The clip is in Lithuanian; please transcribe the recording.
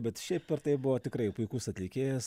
bet šiaip ar taip buvo tikrai puikus atlikėjas